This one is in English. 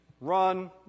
run